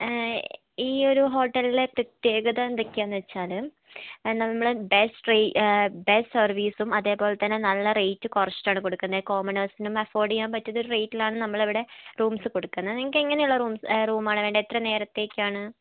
ഈയൊരു ഹോട്ടലിലെ പ്രത്യേകത എന്തൊക്കെയാണെന്ന് വെച്ചാൽ നമ്മൾ ബെസ്റ്റ് റെയ് ബെസ്റ്റ് സെർവീസും അതേപോലെ തന്നെ നല്ല റേറ്റ് കുറച്ചിട്ടാണ് കൊടുക്കുന്നത് കോമണേഴ്സിനും അഫോർഡ് ചെയ്യാൻ പറ്റിയ റേറ്റിലാണ് നമ്മളിവിടെ റൂംസ് കൊടുക്കുന്നത് നിങ്ങൾക്ക് എങ്ങനെയുള്ള റൂംസ് റൂം ആണ് വേണ്ടത് എത്ര നേരത്തേക്കാണ്